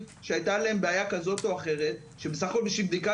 שהייתה להם בעיה כזו או אחרת שבסך הכול בשביל בדיקה